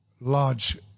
large